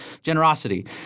generosity